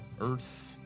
Earth